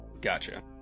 gotcha